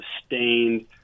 sustained